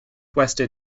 west